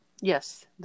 Yes